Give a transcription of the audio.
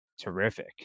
terrific